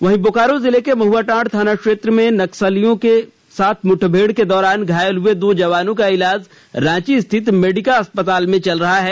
उधर बोकारो जिले के महुआटांड़ थानाक्षेत्र में नक्सलियों से मुठभेड़ के दौरान घायल हुए दो जवानों का रांची स्थित मेडिकल अस्पताल में चल रहा है